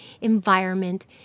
environment